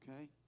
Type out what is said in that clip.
Okay